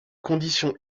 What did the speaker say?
condition